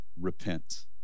repent